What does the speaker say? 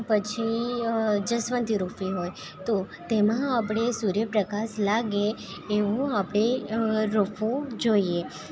પછી જસવંતી રોપવી હોય તો તેમાં આપણે સૂર્ય પ્રકાશ લાગે એવું આપણે રોપવું જોઈએ